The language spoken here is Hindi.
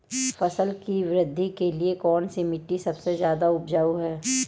फसल की वृद्धि के लिए कौनसी मिट्टी सबसे ज्यादा उपजाऊ है?